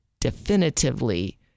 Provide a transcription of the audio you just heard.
definitively